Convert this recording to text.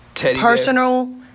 personal